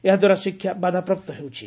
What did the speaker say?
ଏହା ଦ୍ୱାରା ଶିକ୍ଷା ବାଧାପ୍ରାପ୍ତ ହେଉଛି